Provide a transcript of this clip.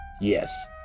Yes